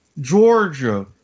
Georgia